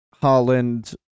Holland